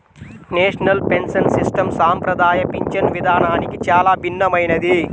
national pension system సంప్రదాయ పింఛను విధానానికి చాలా భిన్నమైనది